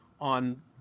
on